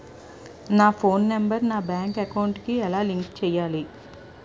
నా phone number నా bank account కి ఎలా లింక్ చేయాలి?